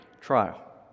trial